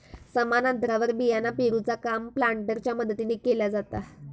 समान अंतरावर बियाणा पेरूचा काम प्लांटरच्या मदतीने केला जाता